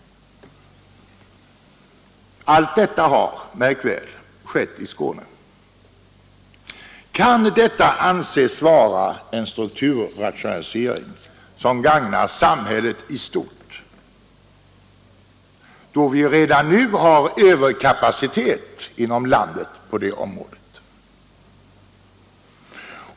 Allt detta har, märk väl, skett i Skåne. Kan detta anses vara en strukturrationalisering som gagnar samhället i stort då vi redan nu har överkapacitet inom landet på detta område?